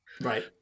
Right